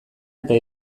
eta